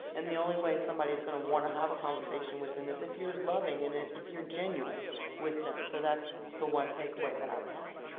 and the only way somebody's gonna want to have a conversation with them is if you're loving and if you're genuine with them. so that's the one takeaway that i would have.